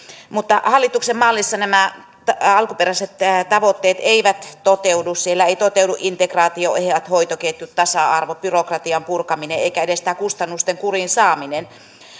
mutta hallituksen mallissa nämä alkuperäiset tavoitteet eivät toteudu siellä ei toteudu integraatio eivät hoitoketjut tasa arvo byrokratian purkaminen eikä edes tämä kustannusten kuriin saaminen